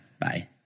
bye